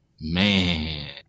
man